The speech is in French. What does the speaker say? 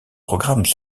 programmes